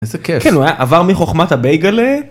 איזה כיף. עבר מחוכמת הבייגלה.